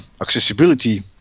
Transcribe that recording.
accessibility